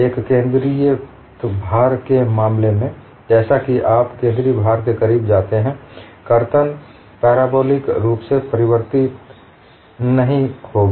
एक केंद्रित भार के मामले में जैसा कि आप केंद्रित भार के करीब जाते हैं कर्तन पैराबोलिक रूप से परिवर्ती नहीं होगी